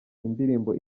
indirimbo